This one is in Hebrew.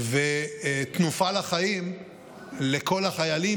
ותנופה לחיים לכל החיילים,